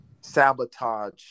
sabotage